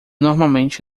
normalmente